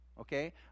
okay